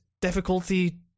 difficulty